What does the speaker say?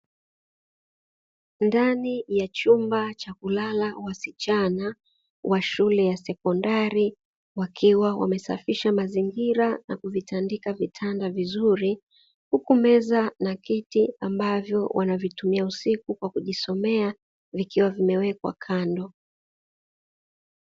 Ndani ya chumba cha kulala wasichana wa shule ya sekondari, wakiwa wamesafisha mazingira na kuvitandika vitanda vizuri, huku meza na kiti ambavyo wanavitumia usiku kwa kijisomea vikiwa vimewekwa kando.